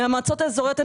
מהמועצות האזוריות,